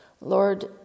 Lord